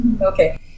Okay